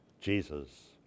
Jesus